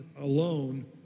alone